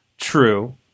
True